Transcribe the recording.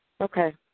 Okay